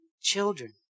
children